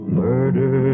murder